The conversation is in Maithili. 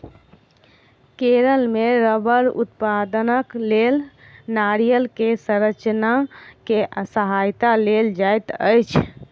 केरल मे रबड़ उत्पादनक लेल नारियल के संरचना के सहायता लेल जाइत अछि